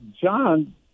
John